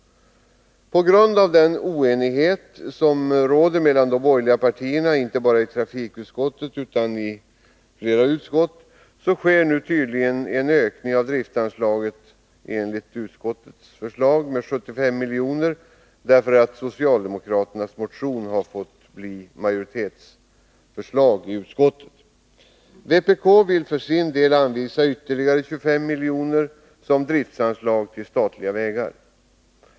På grund av den oenighet mellan de borgerliga partierna som råder inte bara i trafikutskottet utan även i flera andra utskott, sker nu en ökning av driftsanslaget med 75 miljoner till följd av att förslaget i socialdemokraternas motion har blivit majoritetsförslag i utskottet. Vpk ville för sin del anvisa ytterligare 25 miljoner till driftsanslaget för statliga vägar.